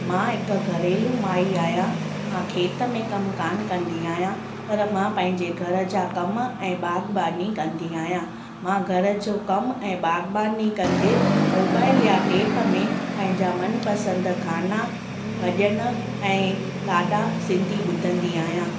मां हिकु घरेलू माई आहियां मां खेत में कमु कोन कंदी आ्यांहि पर मां पंहिंजे घर जा कमु ऐं बाग़बानी कंदी आहियां मां घर जो कमु ऐं बाग़बानी कंदे मोबाइल या टेप में पंहिंजा मनपसंदि गाना भॼन ऐं लाॾा सिंधी ॿुधंदी आहियां